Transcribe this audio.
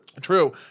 True